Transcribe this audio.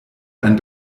ein